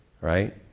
Right